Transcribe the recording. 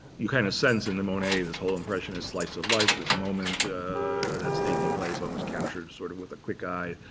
you kind of sense in the monet, this whole impressionist slice of life, this moment that's taking place, almost captured sort of with a quick eye.